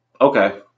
Okay